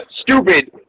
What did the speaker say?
stupid